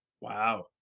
Wow